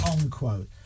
unquote